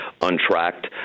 untracked